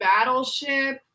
Battleship